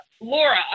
Laura